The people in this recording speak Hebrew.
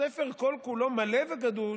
הספר כל-כולו מלא וגדוש